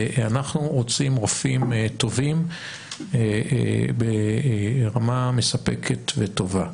אנחנו רוצים רופאים טובים ברמה מספקת וטובה,